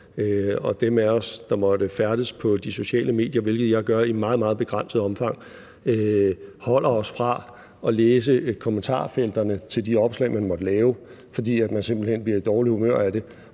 dem af os, der måtte færdes på de sociale medier, hvilket jeg gør i meget, meget begrænset omfang, holder os fra at læse kommentarfelterne til de opslag, man måtte lave, fordi man simpelt hen bliver i dårligt humør af det,